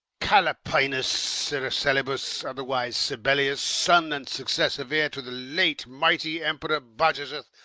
callapinus cyricelibes, otherwise cybelius, son and successive heir to the late mighty emperor bajazeth,